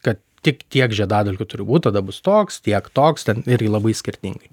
kad tik tiek žiedadulkių turi būt tada bus toks tiek toks ten irgi labai skirtingai